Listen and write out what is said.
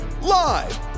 live